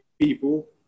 people